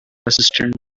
assistant